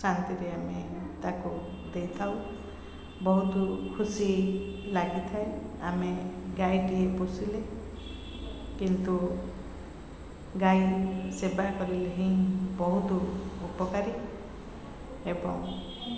ଶାନ୍ତିରେ ଆମେ ତାକୁ ଦେଇ ଥାଉ ବହୁତ ଖୁସି ଲାଗି ଥାଏ ଆମେ ଗାଈଟିଏ ପୋଷିଲେ କିନ୍ତୁ ଗାଈ ସେବା କରିଲେ ହିଁ ବହୁତ ଉପକାରୀ ଏବଂ